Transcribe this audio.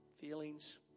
feelings